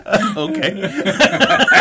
Okay